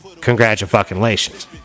Congratulations